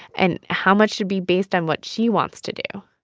and how much should be based on what she wants to do?